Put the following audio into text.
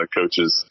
coaches